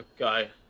Okay